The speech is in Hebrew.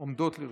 עומדות לרשותך.